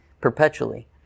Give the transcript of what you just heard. perpetually